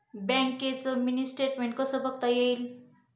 बँकेचं mini statement कसं बघता येईल?